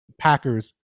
packers